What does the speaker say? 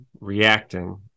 reacting